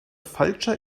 falscher